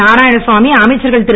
நாராயணசாமி அமைச்சர்கள் திரு